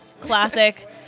Classic